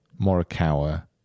Morikawa